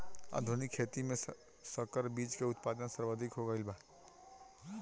आधुनिक खेती में संकर बीज के उत्पादन सर्वाधिक हो गईल बा